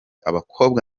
abakobwa